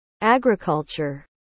agriculture